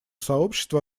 сообщества